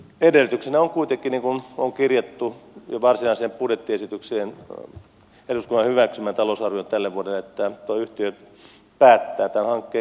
edellytyksenä on kuitenkin niin kuin on kirjattu jo varsinaiseen budjettiesitykseen eduskunnan hyväksymään talousarvioon tälle vuodelle että tuo yhtiö päättää tämän hankkeen käynnistää